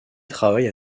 travaille